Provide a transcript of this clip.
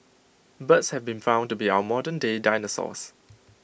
birds have been found to be our modernday dinosaurs